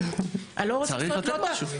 תבין, אני לא רוצה --- צריך לתת משהו.